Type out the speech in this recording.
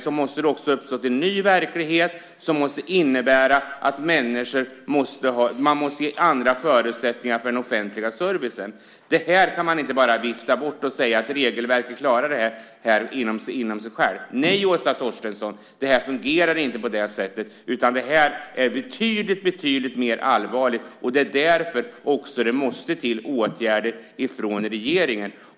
Därmed måste det också ha uppstått en ny verklighet som innebär att man måste ge andra förutsättningar för den offentliga servicen. Det här kan man inte bara vifta bort med att säga att regelverket klarar det här inom sig självt. Nej, Åsa Torstensson, det fungerar inte på det sättet, utan det är betydligt mer allvarligt. Det är också därför det måste till åtgärder från regeringen.